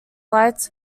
lights